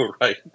right